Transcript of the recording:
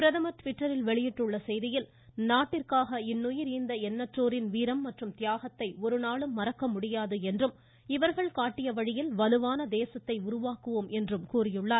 பிரதமர் ட்விட்டரில் விடுத்துள்ள செய்தியில் நாட்டிற்காக இன்னுயிர் ஈந்த எண்ணற்றோரின் வீரர் மற்றும் தியாகத்தை ஒருநாளும் மறக்க முடியாது என்றும் இவர்கள் காட்டிய வழியில் வலுவான தேசத்தை உருவாக்குவோம் என்றும் கூறியுள்ளார்